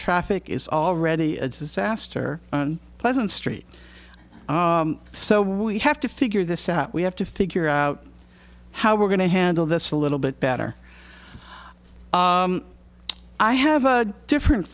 traffic is already a disaster pleasant street so we have to figure this out we have to figure out how we're going to handle this a little bit better i have a different